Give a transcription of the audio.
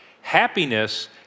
Happiness